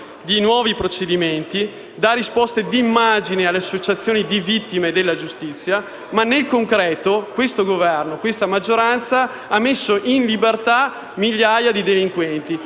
di nuovi procedimenti e dà risposte di immagine alle associazioni di vittime della giustizia, ma nel concreto questo Governo e questa maggioranza hanno messo in libertà migliaia di delinquenti,